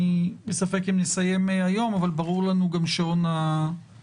אני בספק אם נסיים היום אבל ברור לנו גם שעון העצר,